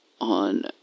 on